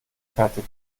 fertig